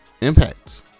Impact